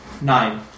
Nine